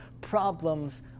problems